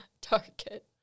Target